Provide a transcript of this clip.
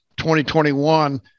2021